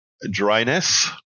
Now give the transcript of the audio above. dryness